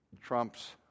trumps